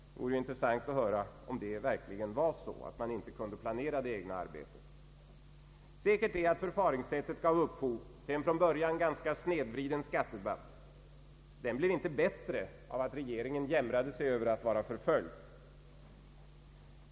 Det vore intressant att höra om det verkligen var så, att man inte kunde planera det egna arbetet. Säkert är att förfaringssättet gav upphov till en från början ganska snedvriden skattedebatt. Den blev inte bättre av att regeringen jämrade sig över att vara förföljd.